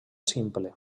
simple